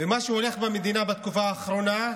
ומה שהולך במדינה בתקופה האחרונה,